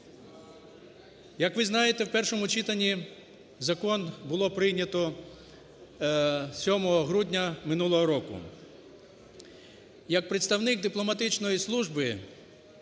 Як ви знаєте, в першому читанні закон було прийнято 7 грудня минулого року. Як представник дипломатичної служби